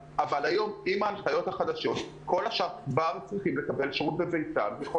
עד שלושה תלמידים עם שני אנשי צוות במרחק כיתתי אחד או